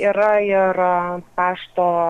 yra ir pašto